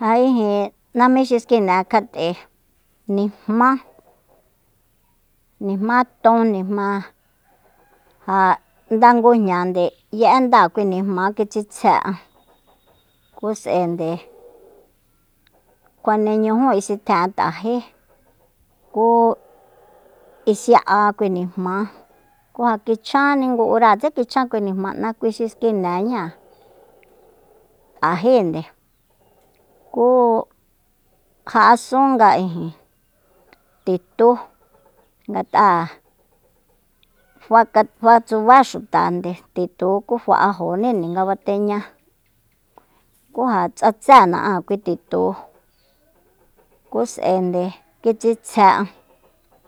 Ja ijin najmi xi xkine'an kjat'e nijmá nijmá ton njmá ja nda ngujña nde ye'e ndáa kui nijmá kitsitjse'an ku s'aende kjuane ñujú isitjen'a t'ajé ku isi'a kui nijma ku ja kichjanni ngu uráa tse kichjan kui nijma'na kui xi skineñáa t'ajénde ku ja'asunga titú ngat'a faka- fatsuba xutande titúu ku fa'ajoní nde nga bateña ku ja tsatséna'a kui titu ku s'ende kitsitsje'an